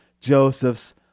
joseph's